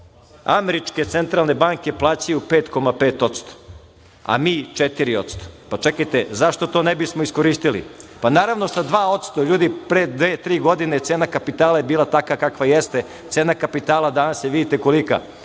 Američke centralne banke plaćaju 5,5%, a mi 4%. Pa, čekajte zašto to ne bismo iskoristili. Pa, naravno sa dva posto, pre dve, tri godine cena kapitala je bila takva kakva jeste, cena kapitala danas je, vidite kolika.